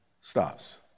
stops